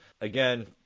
again